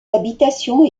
habitations